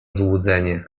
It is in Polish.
złudzenie